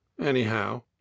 Anyhow